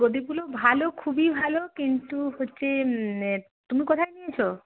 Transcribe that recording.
প্রদীপগুলো ভালো খুবই ভালো কিন্তু হচ্ছে তুমি কোথায় নিয়েছো